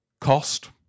cost